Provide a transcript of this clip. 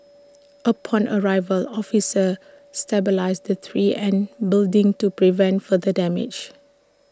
upon arrival officers stabilised the tree and building to prevent further damage